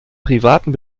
privaten